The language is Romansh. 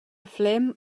flem